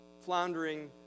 floundering